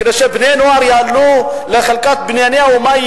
כדי שבני נוער יעלו לחלקת גדולי האומה,